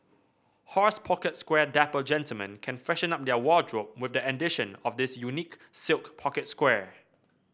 horse pocket square Dapper gentlemen can freshen up their wardrobe with the addition of this unique silk pocket square